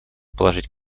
положить